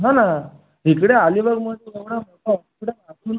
हो ना इकडे अलिबागमध्ये एवढं मोठं हॉस्पिटल असून